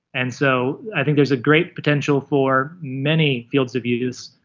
and so i think there's a great potential for many fields of use.